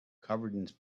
covered